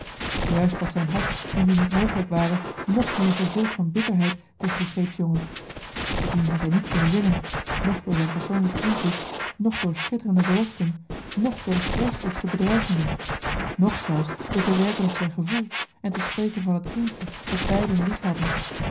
juist was zijn hart indien het mogelijk ware ng meer vervuld van bitterheid tegen den scheepsjongen dien had hij niet kunnen winnen noch door zijn persoonlijken invloed noch door schitterende beloften noch door de vreeselijkste bedreigingen noch zelfs door te werken op zijn gevoel en te spreken van het kindje dat beiden